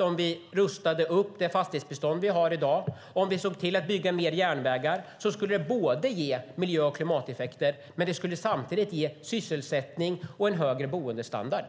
Om vi rustade upp det fastighetsbestånd vi har i dag och om vi såg till att bygga mer järnvägar tror jag att det skulle ge miljö och klimateffekter samtidigt som det skulle ge sysselsättning och en högre boendestandard.